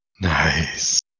Nice